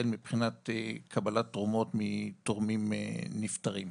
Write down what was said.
מבחינת קבלת תרומות מתורמים נפטרים.